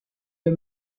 eux